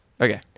Okay